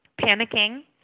panicking